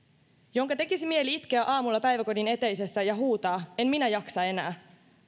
jonka tekisi mieli itkeä aamulla päiväkodin eteisessä ja huutaa en minä jaksa enää